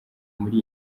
muri